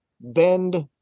bend